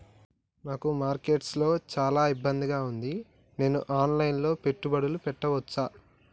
నాకు మార్కెట్స్ లో చాలా ఇబ్బందిగా ఉంది, నేను ఆన్ లైన్ లో పెట్టుబడులు పెట్టవచ్చా?